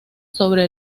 sobre